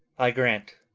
i grant,